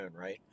right